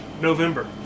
November